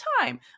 time